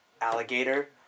alligator